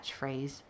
catchphrase